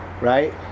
right